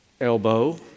Elbow